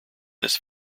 this